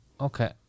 Okay